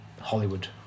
Hollywood